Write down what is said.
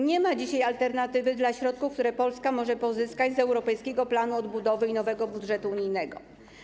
Nie ma dzisiaj alternatywy dla środków, które Polska może pozyskać z europejskiego planu odbudowy i nowego budżetu unijnego.